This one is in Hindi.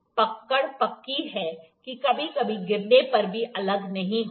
पकड़ पक्की है कि कभी कभी गिरने पर भी अलग नहीं होती